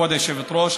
כבוד היושבת-ראש,